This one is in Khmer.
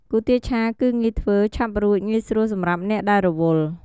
គុយទាវឆា គឺ ងាយធ្វើ ឆាប់រួច ងាយស្រួលសម្រាប់អ្នកដែលរវល់។